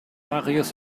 marius